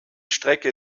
strecke